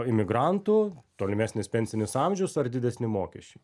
imigrantų tolimesnis pensinis amžius ar didesni mokesčiai